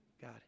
God